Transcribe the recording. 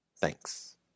Thanks